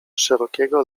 szerokiego